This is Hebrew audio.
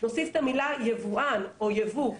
נוסיף את המילה יבואן או ייבוא,